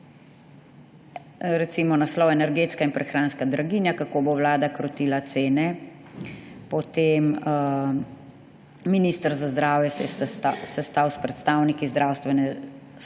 Recimo naslov Energetska in prehranska draginja: kako bo vlada krotila cene? Potem: Minister za zdravje se je sestal s predsedniki zdravstvene